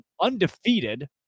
undefeated